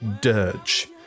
dirge